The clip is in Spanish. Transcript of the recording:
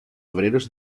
obreros